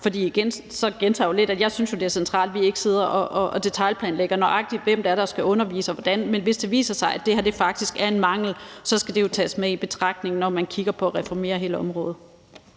og nu gentager jeg lidt mig selv – for jeg synes, det er centralt, at vi ikke sidder og detailplanlægger, nøjagtig hvem det er, der skal undervise, og hvordan. Men hvis det viser sig, at det her faktisk er en mangel, skal det jo tages med i betragtning, når man kigger på at reformere hele området.